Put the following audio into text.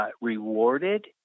rewarded